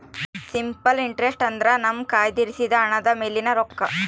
simple interest ಅಂದ್ರೆ ನಮ್ಮ ಕಯ್ದಿರಿಸಿದ ಹಣದ ಮೇಲಿನ ರೊಕ್ಕ